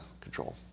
control